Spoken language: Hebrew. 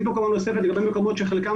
יש מקומות שחלקם,